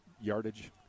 yardage